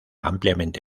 ampliamente